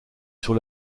sur